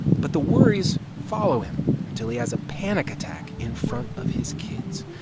but the worries follow him, until he has a panic attack in front of his kids.